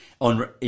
on